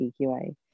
EQA